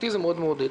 אותי זה מאוד מעודד.